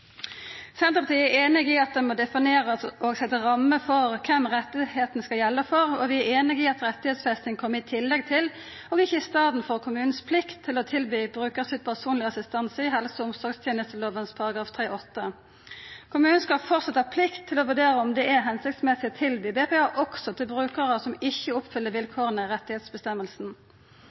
Senterpartiet er einig i at det må definerast og setjast ei ramme for kven rettane skal gjelda for, og vi er einige i at rettigheitsfesting kjem i tillegg til og ikkje i staden for kommunens plikt til å tilby brukarstyrt personleg assistanse i helse- og omsorgstenesteloven § 3-8. Kommunen skal framleis ha plikt til å vurdera om det er føremålstenleg å tilby BPA, også til brukarar som ikkje oppfyller vilkåra i